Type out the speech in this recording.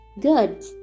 good